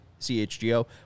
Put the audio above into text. CHGO